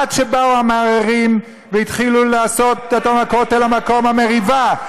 עד שבאו המערערים והתחילו לעשות מהכותל מקום מריבה.